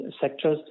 sectors